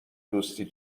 دوستی